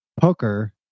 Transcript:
poker